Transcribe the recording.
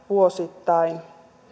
vuosittain